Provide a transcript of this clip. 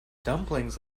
dumplings